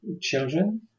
children